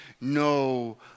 no